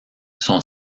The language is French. son